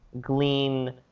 glean